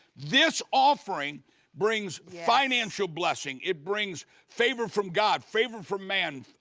this offering brings financial blessing. it brings favor from god, favor from man.